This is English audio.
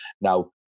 now